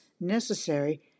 necessary